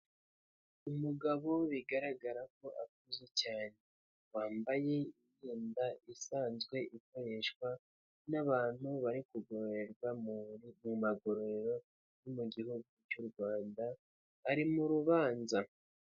Umugabo bigaragara ko akuze cyane, wambaye imyenda isanzwe ikoreshwa n'abantu bari kugororwa mu magororero yo mu gihugu cy'u Rwanda, ari mu rubanza.